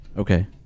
Okay